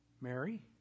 Mary